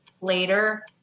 later